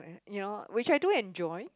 you know which I do enjoy